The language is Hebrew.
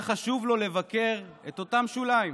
היה חשוב לו לבקר את אותם שוליים,